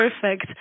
perfect